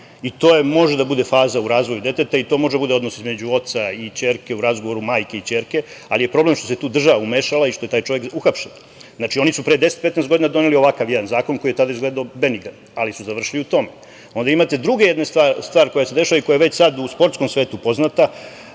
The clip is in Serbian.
To može da bude faza u razvoju deteta, to može da bude odnos između oca i kćerke u razgovoru majke i kćerke, ali je problem što se tu država umešala i što je taj čovek uhapšen. Znači, oni su pre 10 – 15 godina doneli ovakav jedan zakon, koji je tada izgledao benigan, ali su završili u tome. Onda, imate drugu jednu stvar koja se dešava i koja je već sada u sportskom svetu poznata,